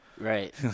Right